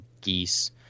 geese